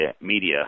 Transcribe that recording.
media